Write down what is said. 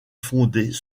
fondées